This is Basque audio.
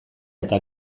eta